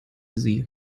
sie